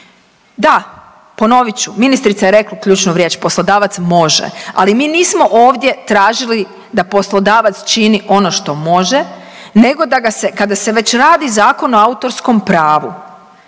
Da, ponovit ću ministrica je rekla ključnu riječ, poslodavac može, ali mi nismo ovdje tražili da poslodavac čini ono što može nego da ga se kada se već radi Zakon o autorskom pravu